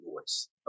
voice